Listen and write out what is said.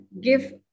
give